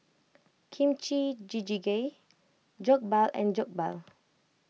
Kimchi Jjigae Jokbal and Jokbal